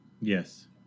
Yes